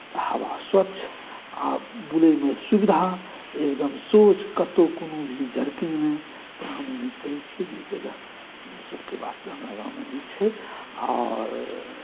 तऽ हवा स्वच्छ आ बुलयमे सुविधा एकदम सोझ कतहु कोनो भी जर्किन नहि तऽ हम उम्मीद करैत छी जे ई जगह सभके वास्ते हमरा गाममे नीक छै आओर